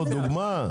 נתתי דוגמה.